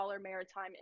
maritime